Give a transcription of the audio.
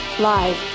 live